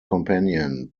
companion